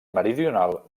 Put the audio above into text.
meridional